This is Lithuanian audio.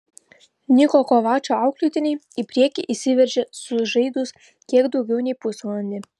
niko kovačo auklėtiniai į priekį išsiveržė sužaidus kiek daugiau nei pusvalandį